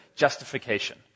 justification